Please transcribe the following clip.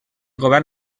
govern